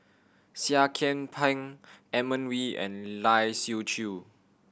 Seah Kian Peng Edmund Wee and Lai Siu Chiu